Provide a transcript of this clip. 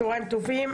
צוהריים טובים.